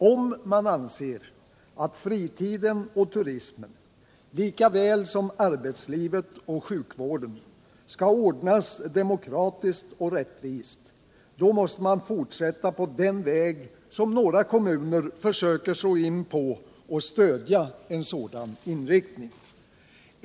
Om man anser att fritiden och turismen lika väl som arbetslivet och sjukvården skall ordnas demokratiskt och rättvist, måste man fortsätta på den väg som några kommuner försöker slå in på och stödja en sådan inriktning.